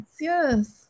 yes